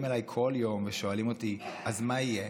אליי כל יום ושואלים אותי: אז מה יהיה?